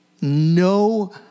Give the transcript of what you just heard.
no